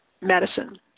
Medicine